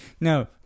no